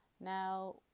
Now